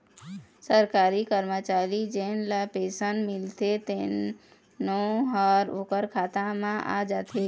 सरकारी करमचारी जेन ल पेंसन मिलथे तेनो ह ओखर खाता म आ जाथे